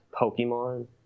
Pokemon